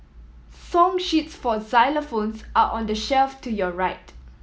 song sheets for xylophones are on the shelf to your right